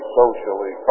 socially